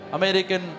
American